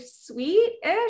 sweet-ish